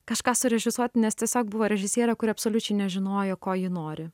kažką surežisuot nes tiesiog buvo režisierė kuri absoliučiai nežinojo ko ji nori